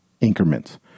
increments